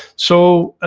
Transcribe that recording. so